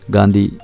Gandhi